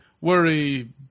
Worry